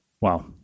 Wow